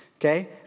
Okay